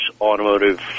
automotive